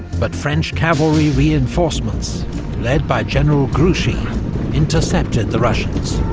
but french cavalry reinforcements led by general grouchy intercepted the russians,